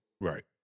Right